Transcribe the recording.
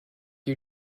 you